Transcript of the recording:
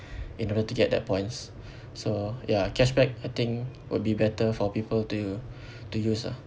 in order to get that points so ya cashback I think would be better for people to to use ah